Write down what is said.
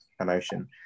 emotion